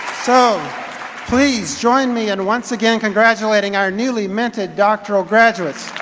so please join me in once again congratulating our newly minted doctoral graduates.